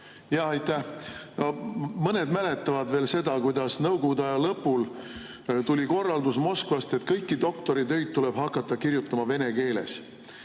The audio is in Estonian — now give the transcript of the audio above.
Aitäh! Mõned mäletavad veel seda, kuidas Nõukogude aja lõpul tuli korraldus Moskvast, et kõiki doktoritöid tuleb hakata kirjutama vene keeles.